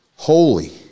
Holy